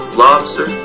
lobster